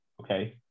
okay